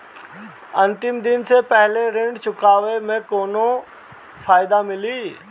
अंतिम दिन से पहले ऋण चुकाने पर कौनो फायदा मिली?